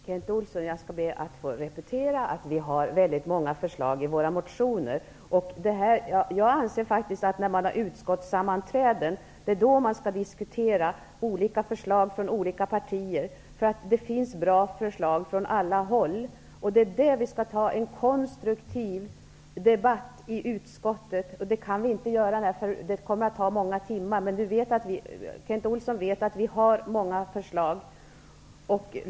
Fru talman! Kent Olsson, jag skall be att få repetera att vi har väldigt många förslag i våra motioner. Jag anser faktiskt att man skall diskutera olika förslag från olika partier när man har utskottssammanträden. Det finns bra förslag från alla håll. Vi skall ha en konstruktiv debatt i utskottet. Det kan vi inte ha här, eftersom det skulle ta många timmar. Kent Olsson vet att vi har många förslag.